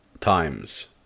times